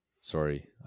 Sorry